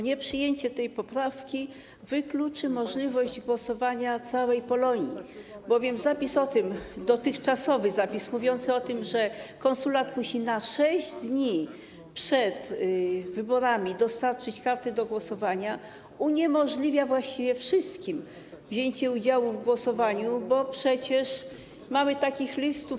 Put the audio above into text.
Nieprzyjęcie tej poprawki wykluczy możliwość głosowania całej Polonii, bowiem dotychczasowy zapis mówiący o tym, że konsulat musi na 6 dni przed wyborami dostarczyć karty do głosowania, uniemożliwia właściwie wszystkim wzięcie udziału w głosowaniu, bo przecież mamy wiele takich listów.